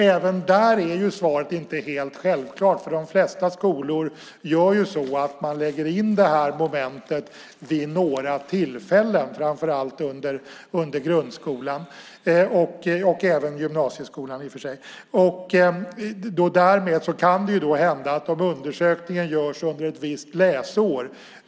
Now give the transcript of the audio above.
Även där är svaret inte helt självklart, för de flesta skolor lägger in det här momentet vid några tillfällen, framför allt under grundskolan och även i gymnasieskolan. Därmed kan det hända att det blir en ganska låg procent om undersökningen görs under ett visst läsår.